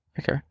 Okay